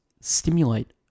stimulate